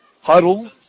huddle